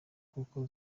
kuko